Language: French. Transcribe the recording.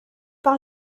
par